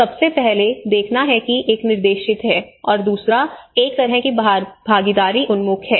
सबसे पहले देखना है कि एक निर्देशित है और दूसरा एक तरह की भागीदारी उन्मुख है